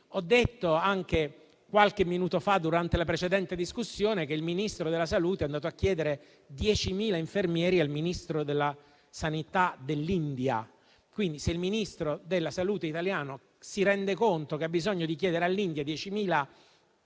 già detto qualche minuto fa, durante la precedente discussione, che il Ministro della salute è andato a chiedere 10.000 infermieri al Ministro della sanità dell'India. Quindi, se il Ministro della salute italiano si rende conto che ha bisogno di chiedere all'India 10.000